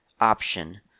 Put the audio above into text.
option